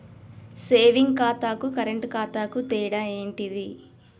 Saving ఖాతాకు current ఖాతాకు తేడా ఏంటిది?